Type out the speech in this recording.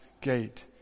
gate